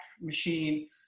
Machine